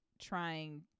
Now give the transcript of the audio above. trying